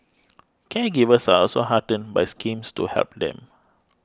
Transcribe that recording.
caregivers are also heartened by schemes to help them